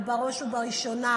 וכך היא